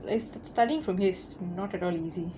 like studying from here is not at all easy